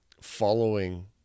following